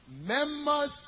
members